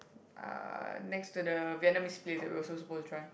uh next to the Vietnamese place that we're also supposed to try